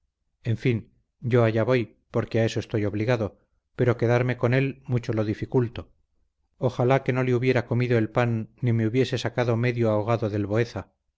en fin yo allá voy porque a eso estoy obligado pero quedarme con él mucho lo dificulto ojalá que no le hubiera comido el pan ni me hubiese sacado medio ahogado del